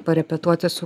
parepetuoti su